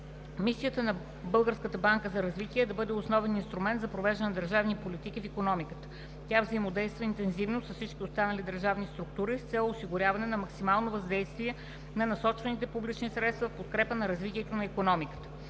банка за развитие е да бъде основен инструмент за провеждане на държавни политики в икономиката. Тя взаимодейства интензивно с всички останали държавни структури с цел осигуряване на максимално въздействие на насочваните публични средства в подкрепа на развитието на икономиката.